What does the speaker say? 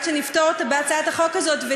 עד שנפתור בהצעת החוק הזאת,